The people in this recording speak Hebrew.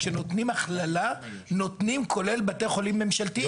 כשנותנים הכללה נותנים כולל בתי חולים ממשלתיים,